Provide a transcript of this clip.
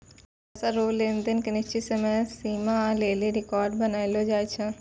पैसा रो लेन देन के निश्चित समय सीमा लेली रेकर्ड बनैलो जाय छै